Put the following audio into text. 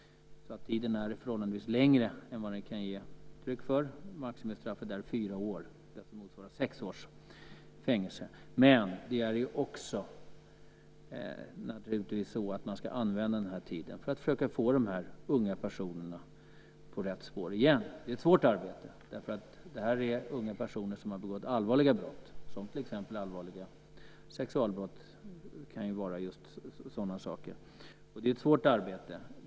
Tiden där är alltså förhållandevis längre än den kan ge uttryck för. Maximistraffet är fyra år där, vilket motsvarar sex års fängelse. Naturligtvis ska den här tiden användas till att försöka få dessa unga personer på rätt spår igen. Det är ett svårt arbete därför att det gäller unga personer som har begått allvarliga brott, till exempel allvarliga sexualbrott. Det är, som sagt, ett svårt arbete.